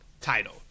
title